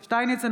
יובל שטייניץ,